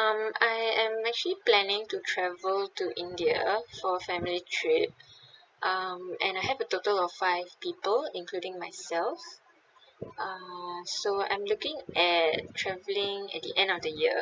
um I am actually planning to travel to india for a family trip um and I have a total of five people including myself uh so I'm looking at travelling at the end of the year